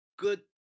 Good